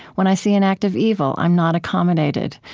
when i see an act of evil, i'm not accommodated,